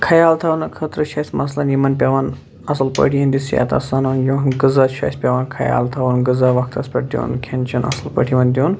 خیال تھاونہٕ خٲطرٕ چھُ اسہِ مثلن یِمن پیٚوان اصل پٲٹھۍ یِہنٛدِس صحتس سنُن یِہُنٛد غذا چھُ اسہِ پیٚوان خیال تھاوُن غذا وقتس پٮ۪ٹھ دِیُن کھٮ۪ن چٮ۪ن اصل پٲٹھۍ یِمن دِیُن